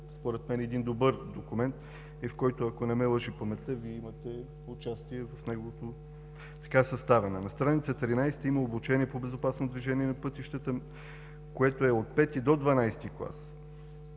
според мен е един добър документ и в който, ако не ме лъже паметта, Вие имате участие в неговото съставяне. На стр. 13 има „Обучение по безопасно движение на пътищата“, което е от V до XII клас.